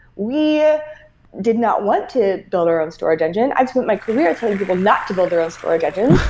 we ah did not want to build our own storage engine. i've spent my career telling people not to build their own storage engines.